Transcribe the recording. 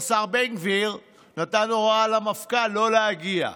השר בן גביר נתן הוראה למפכ"ל לא להגיע,